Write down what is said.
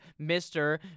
Mr